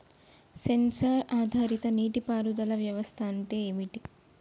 Censor ఆధారిత నీటి పారుదల వ్యవస్థ అంటే ఏమిటి?